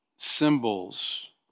symbols